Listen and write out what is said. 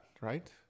right